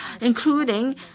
including